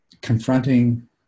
confronting